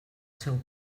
seu